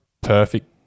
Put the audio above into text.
perfect